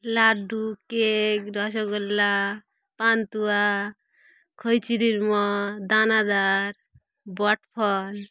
laddu cake rasgulla পান্তুয়া খই চিঁড়ের মোয়া দানাদার বটফল